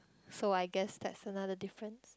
so I guess that's another difference